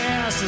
Yes